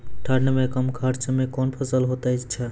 ठंड मे कम खर्च मे कौन फसल होते हैं?